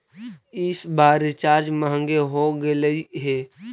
इस बार रिचार्ज महंगे हो गेलई हे